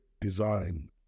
design